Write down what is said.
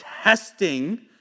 testing